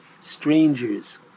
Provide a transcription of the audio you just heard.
strangers